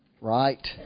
Right